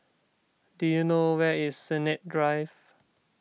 do you know where is Sennett Drive